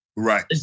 Right